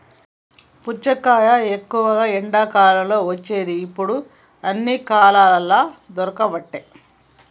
పుచ్చకాయ ఎక్కువ ఎండాకాలం వచ్చేది ఇప్పుడు అన్ని కాలాలల్ల దొరుకబట్టె